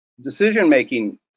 Decision-making